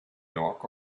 knock